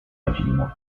rodzinną